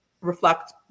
reflect